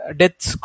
deaths